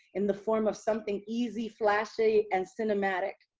in the form of something easy, flashy and cinematic,